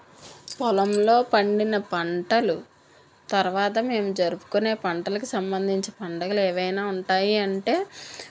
పొలంలో పండిన పంటలు తర్వాత మేము జరుపుకునే పంటలకి సంబంధించి పండగలు ఏమైనా ఉంటాయి అంటే